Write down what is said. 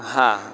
હા